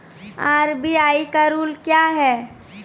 RBI का rule क्या हैं?